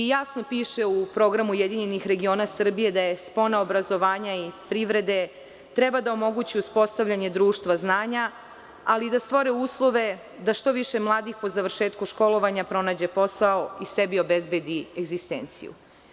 Jasno piše u programu URS da spona obrazovanja i privrede treba da omogući uspostavljanje društva znanja, ali i da stvore uslove da što više mladih, po završetku školovanja, pronađe posao i sebi obezbedi egzistenciju.